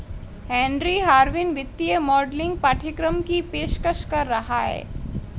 Henry Harvin वित्तीय modelling पाठ्यक्रम की पेशकश कर रहा हैं